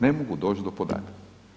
Ne mogu doći do podataka.